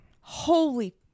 Holy